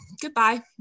goodbye